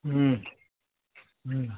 હા હા